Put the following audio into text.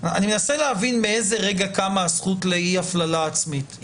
אני מנסה להבין מאיזה רגע קמה הזכות לאי הפללה עצמית.